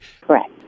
correct